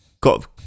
got